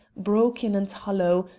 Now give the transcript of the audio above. broken and hollow,